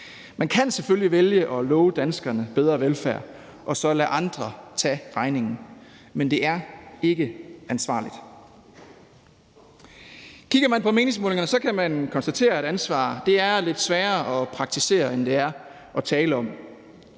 Man kan selvfølgelig vælge at love danskerne bedre velfærd og så lade andre tage regningen. Men det er ikke ansvarligt. Kigger man på meningsmålingerne, kan man konstatere, at ansvar er lidt sværere at praktisere, end det er at tale om.